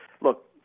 look